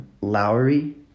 Lowry